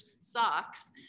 socks